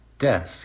desk